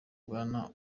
bwana